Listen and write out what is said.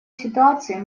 ситуации